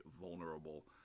vulnerable